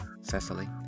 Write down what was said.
Cecily